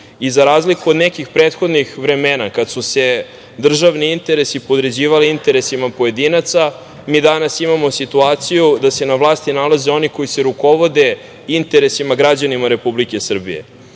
razliku od nekih prethodnih vremena kada su se državni interesi podređivali interesima pojedinaca mi danas imamo situaciju da se na vlasi nalaze oni koji se rukovode interesima građana Srbije. Dakle,